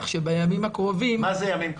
שבימים הקרובים --- מה זה "ימים קרובים"?